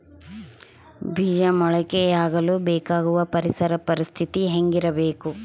ಬೇಜ ಮೊಳಕೆಯಾಗಲು ಬೇಕಾಗುವ ಪರಿಸರ ಪರಿಸ್ಥಿತಿ ಹೇಗಿರಬೇಕು?